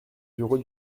bureau